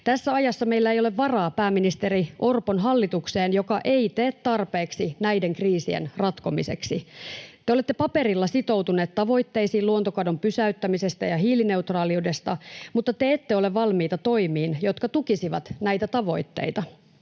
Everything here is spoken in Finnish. Tässä ajassa meillä ei ole varaa pääministeri Orpon hallitukseen, joka ei tee tarpeeksi näiden kriisien ratkomiseksi. Te olette paperilla sitoutuneet tavoitteisiin luontokadon pysäyttämisestä ja hiilineutraaliudesta, mutta te ette ole valmiita toimiin, jotka tukisivat näitä tavoitteita